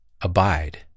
abide